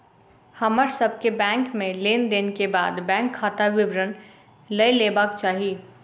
हमर सभ के बैंक में लेन देन के बाद बैंक खाता विवरण लय लेबाक चाही